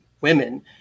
women